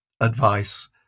advice